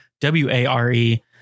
W-A-R-E